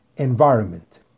Environment